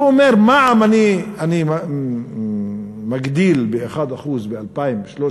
הוא אומר: מע"מ אני מגדיל ב-1% ב-2013,